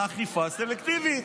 באכיפה הסלקטיבית.